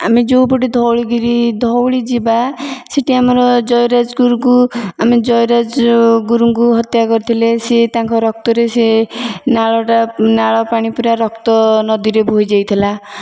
ଆମେ ଯେଉଁପଟେ ଧଉଳି ଗିରି ଧଉଳି ଯିବା ସେଠି ଆମର ଜୟୀ ରାଜଗୁରୁକୁ ଆମେ ଜୟୀ ରାଜଗୁରୁଙ୍କୁ ହତ୍ୟା କରଥିଲେ ସିଏ ତାଙ୍କ ରକ୍ତରେ ସେ ନାଳଟା ନାଳପାଣି ପୁରା ରକ୍ତ ନଦୀରେ ବୋହି ଯାଇଥିଲା